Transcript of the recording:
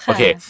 Okay